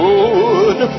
Good